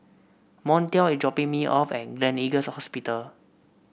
Montel is dropping me off at Gleneagles Hospital